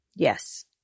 Yes